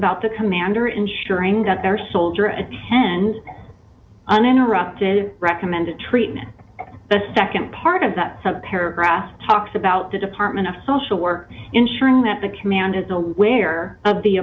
about the commander ensuring that their soldier attend uninterrupted recommended treatment the nd part of that some paragraph talks about the department of social worker ensuring that the command is aware of the